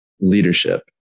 leadership